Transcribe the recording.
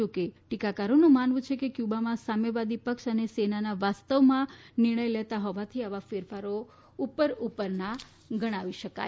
જો કે ટિકાકારોનું માનવું છે કે ક્યુબામાં સામ્યવાદી પક્ષ અને સેના વાસ્તવમાં નિર્ણય લેતા હોવાથી આવા ફેરફારો ઉપર ઉપરના ગણાવી શકાય